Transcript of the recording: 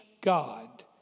God